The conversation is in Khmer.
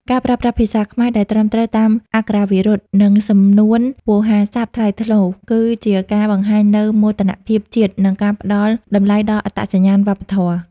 ការប្រើប្រាស់ភាសាខ្មែរដែលត្រឹមត្រូវតាមអក្ខរាវិរុទ្ធ និងសំនួនវោហារស័ព្ទថ្លៃថ្នូរ គឺជាការបង្ហាញនូវមោទនភាពជាតិ និងការផ្តល់តម្លៃដល់អត្តសញ្ញាណវប្បធម៌។